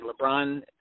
LeBron